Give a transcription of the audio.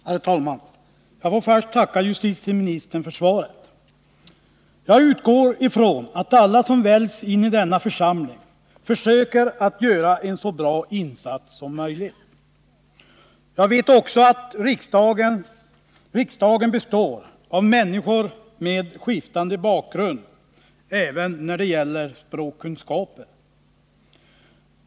Herr talman! Jag får först tacka justiteministern för svaret. Jag utgår ifrån att alla som väljs in i denna församling försöker göra en så bra insats som möjligt. Jag vet också att riksdagen består av människor med skiftande bakgrund även när det gäller språkkunskaper.